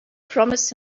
promised